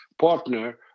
partner